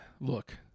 look